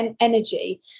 energy